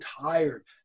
tired